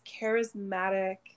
charismatic